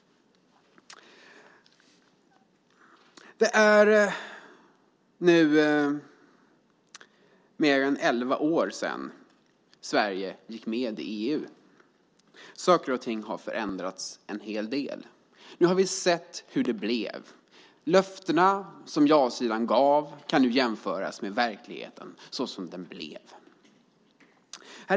Det är nu mer än elva år sedan Sverige gick med i EU. Saker och ting har förändrats en hel del. Nu har vi sett hur det blev. Löftena som ja-sidan gav kan nu jämföras med verkligheten så som den blev.